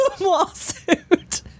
lawsuit